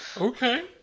Okay